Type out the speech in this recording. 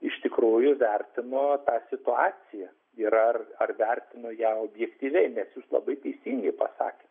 iš tikrųjų vertino tą situaciją ir ar ar vertino ją objektyviai nes jūs labai teisingai pasakėt